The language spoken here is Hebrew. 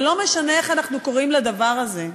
זה לא משנה איך אנחנו קוראים לדבר הזה,